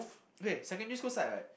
okay secondary school side right